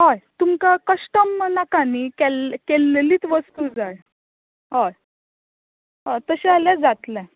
हय तुमकां कश्टम नाका न्ही केल्ल केल्ललीच वस्त जाय हय हय तशें जाल्यार जातलें